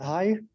Hi